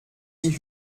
die